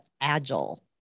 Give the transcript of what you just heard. Agile